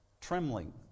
Trembling